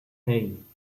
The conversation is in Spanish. hey